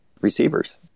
receivers